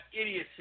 idiocy